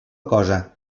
cosa